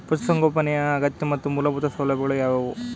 ಪಶುಸಂಗೋಪನೆಯ ಅಗತ್ಯ ಮತ್ತು ಮೂಲಭೂತ ಸೌಲಭ್ಯಗಳು ಯಾವುವು?